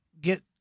get